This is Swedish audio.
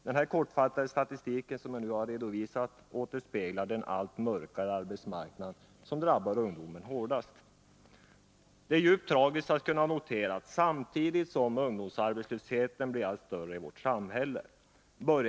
Den kortfattade statistik som jag här har redovisat återspeglar den allt mörkare arbetsmarknadssituation som hårdast drabbar ungdomen. Det är djupt tragiskt att kunna notera att nymoralismen börjar breda ut sig samtidigt som ungdomsarbetslösheten blir allt större i vårt samhälle.